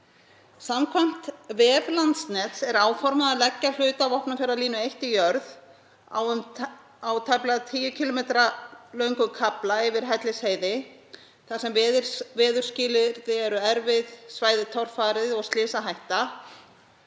Samkvæmt vef Landsnets er áformað að leggja hluta af Vopnafjarðarlínu eitt í jörð á tæplega 10 km löngum kafla yfir Hellisheiði þar sem veðurskilyrði eru erfið, svæðið torfarið og slysahætta,